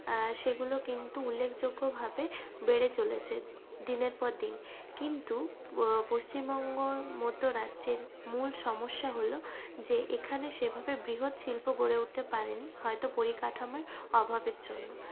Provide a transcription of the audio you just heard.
সেগুলো কিন্তু উল্লেখযোগ্য ভাবে বেড়ে চলেছে দিনের পর দিন কিন্তু পশ্চিমবঙ্গর মতো রাজ্যের মূল সমস্যা হল যে এখানে সেভাবে বৃহৎ শিল্প গড়ে উঠতে পারেনি হয়তো পরিকাঠামোর অভাবের জন্য